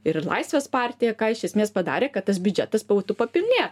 ir laisvės partija ką iš esmės padarė kad tas biudžetas būtų papilnė